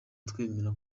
twemera